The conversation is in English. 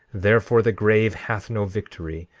therefore the grave hath no victory,